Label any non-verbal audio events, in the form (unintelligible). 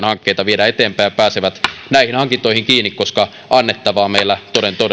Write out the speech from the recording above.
(unintelligible) hankkeita viedään eteenpäin ja ne pääsevät näihin hankintoihin kiinni koska annettavaa meillä toden teolla